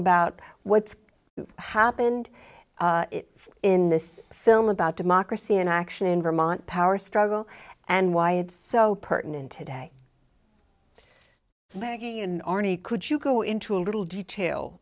about what's happened in this film about democracy in action in vermont power struggle and why it's so pertinent today making an army could you go into a little detail